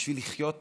בשביל לחיות פה,